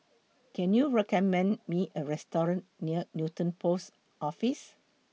Can YOU recommend Me A Restaurant near Newton Post Office